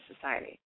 society